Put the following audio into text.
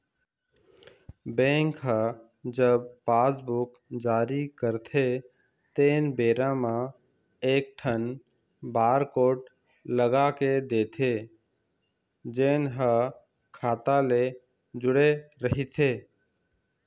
bank ह जब passbook जारी करथे तेन बेरा म एकठन बारकोड लगा के देथे जेन ह खाता ले जुड़े रहिथे